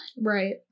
Right